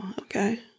Okay